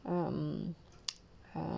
um um